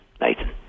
Nathan